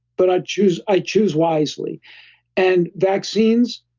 but i choose i choose wisely and vaccines,